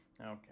Okay